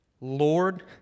Lord